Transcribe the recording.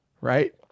right